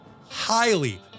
highly